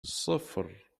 صفر